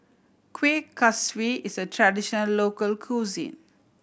Kueh Kaswi is a traditional local cuisine